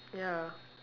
ya